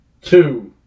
two